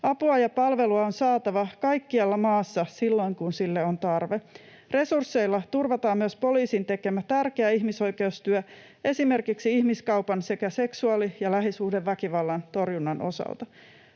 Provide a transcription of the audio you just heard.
Apua ja palvelua on saatava kaikkialla maassa silloin, kun sille on tarve. Resursseilla turvataan myös poliisin tekemä tärkeä ihmisoikeustyö esimerkiksi ihmiskaupan sekä seksuaali- ja lähisuhdeväkivallan torjunnan osalta.